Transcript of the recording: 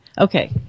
Okay